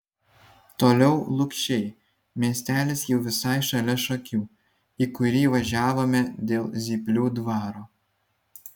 toliau lukšiai miestelis jau visai šalia šakių į kurį važiavome dėl zyplių dvaro